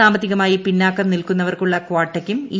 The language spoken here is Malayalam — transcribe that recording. സാമ്പത്തികമായി പിന്നാക്കം നിൽക്കുന്നവർക്കുള്ള കാട്ടയ്ക്കും ഇ